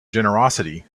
generosity